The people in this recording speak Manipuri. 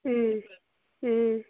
ꯎꯝ ꯎꯝ